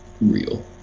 real